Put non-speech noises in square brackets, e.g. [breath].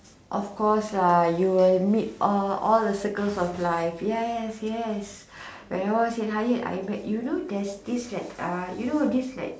of course lah you will meet all all the circles of life yes yes [breath] like when I was in Hyatt I met you know there's this like uh you know this like